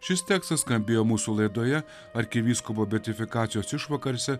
šis tekstas skambėjo mūsų laidoje arkivyskupo betifikacijos išvakarėse